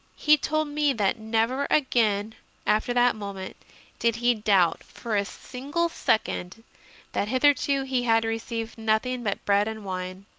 he told me that never again after that moment did he doubt for a single second that hitherto he had received nothing but bread and wine,